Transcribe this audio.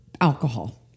alcohol